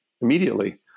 immediately